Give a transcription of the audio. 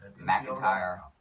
McIntyre